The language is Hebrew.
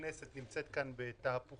הכנסת נמצאת בתהפוכות,